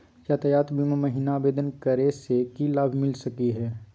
यातायात बीमा महिना आवेदन करै स की लाभ मिलता सकली हे?